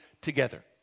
together